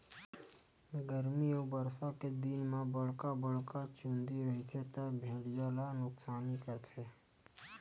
गरमी अउ बरसा के दिन म बड़का बड़का चूंदी रइही त भेड़िया ल नुकसानी करथे